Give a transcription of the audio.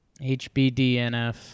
Hbdnf